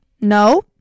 no